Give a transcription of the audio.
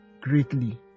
greatly